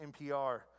NPR